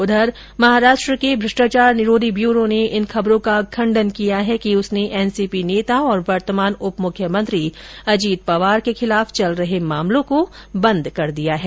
उधर महाराष्ट्र के भ्रष्टाचार निरोधी ब्यूरो ने इन खबरों का खंडन किया है कि उसने एनसीपी नेता और वर्तमान उप मुख्यमंत्री अजित पवार के खिलाफ चल रहे मामलों को बन्द कर दिया है